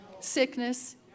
sickness